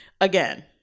Again